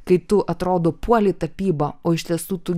kai tu atrodo puoli tapybą o iš tiesų tu